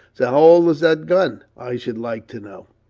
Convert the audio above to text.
so how old is that gun, i should like to know?